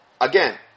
Again